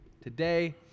today